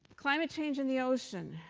climate change in the ocean.